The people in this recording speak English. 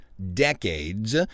decades